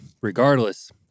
regardless